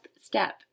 step